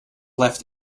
left